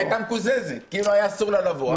היא הייתה מקוזזת, כאילו היה אסור לה לבוא.